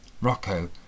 Rocco